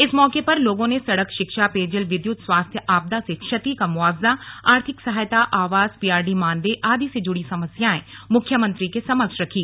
इस मौके पर लोगों ने सड़क शिक्षा पेयजल विद्यत स्वास्थ्य आपदा से क्षति का मुआवजा आर्थिक सहायता आवास पीआरडी मानदेय आदि से जुड़ी समस्याए मुख्यमंत्री के समक्ष रखी